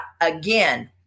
again